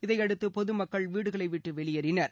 இதைபடுத்து பொது மக்கள் வீடுகளை வீட்டு வெளியேறினர்